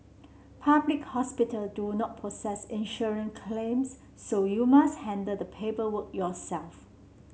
public hospital do not process claims so you must handle the paperwork yourself